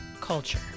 culture